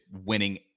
winning